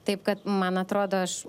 taip kad man atrodo aš